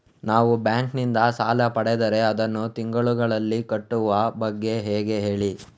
ನಾವು ಬ್ಯಾಂಕ್ ನಿಂದ ಸಾಲ ಪಡೆದರೆ ಅದನ್ನು ತಿಂಗಳುಗಳಲ್ಲಿ ಕೊಡುವ ಬಗ್ಗೆ ಹೇಗೆ ಹೇಳಿ